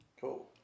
cool